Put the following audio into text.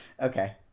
Okay